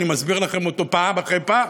אני מסביר לכם אותו פעם אחרי פעם,